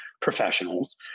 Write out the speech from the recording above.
professionals